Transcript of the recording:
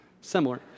similar